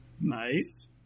Nice